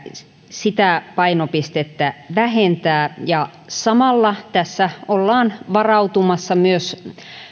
koskevaa painopistettä vähentää samalla tässä ollaan varautumassa myös